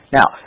Now